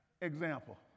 example